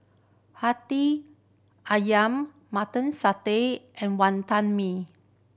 Hati Ayam Mutton Satay and Wantan Mee